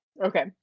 Okay